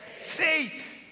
faith